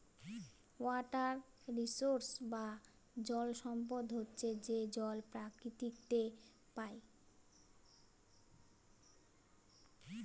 water resource বা জল সম্পদ হচ্ছে যে জল প্রকৃতিতে পাই